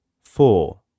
four